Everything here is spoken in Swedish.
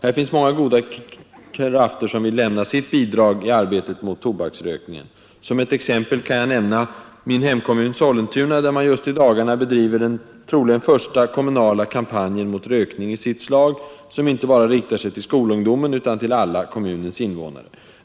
Här finns många goda krafter som vill lämna sitt bidrag i arbetet mot tobaksrökningen. Som ett exempel kan jag nämna min hemkommun Sollentuna, där man just i dagarna bedriver den troligen första kommunala kampanjen i sitt slag mot rökning. Den riktar sig inte bara till skolungdomen utan till alla kommunens invånare.